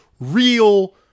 real